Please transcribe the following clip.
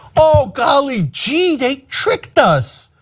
ah golly gee, they tricked us,